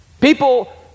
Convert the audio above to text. People